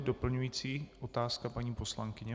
Doplňující otázka, paní poslankyně?